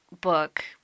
book